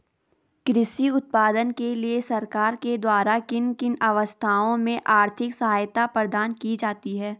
कृषि उत्पादन के लिए सरकार के द्वारा किन किन अवस्थाओं में आर्थिक सहायता प्रदान की जाती है?